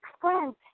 friends